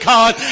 God